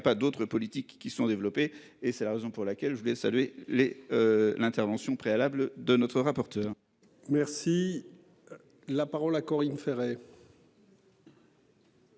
pas d'autre politique qui sont développées et c'est la raison pour laquelle je voulais saluer les. L'intervention préalable de notre rapporteur. Merci. La parole à Corinne Féret.